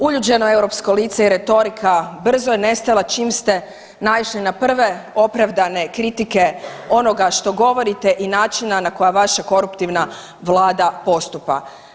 Uljuđeno europsko lice i retorika brzo je nestala čim ste naišli na prve opravdane kritike onoga što govorite i načina na koja vaša koruptivna Vlada postupa.